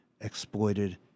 exploited